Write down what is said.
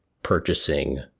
purchasing